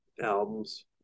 albums